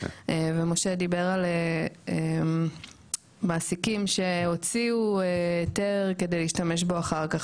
ומשה דיבר על מעסיקים שהוציאו היתר כדי להשתמש בו אחר כך,